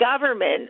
government